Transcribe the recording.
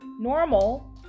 normal